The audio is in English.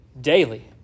daily